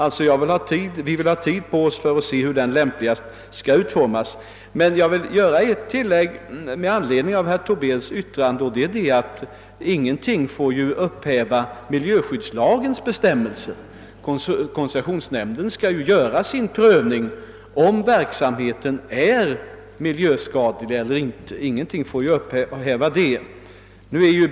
Vi vill således ha tid på oss för att kunna avgöra hur den lämpligast bör ske. Jag vill emellertid göra ett tillägg med anledning av herr Tobés yttrande, nämligen att ingenting får upphäva miljöskyddslagens bestämmelser. Koncessionsnämnden skall alltså göra sin prövning av om verksamheten är miljöskadlig eller inte.